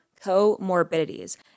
comorbidities